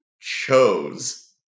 chose